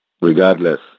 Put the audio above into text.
regardless